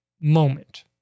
moment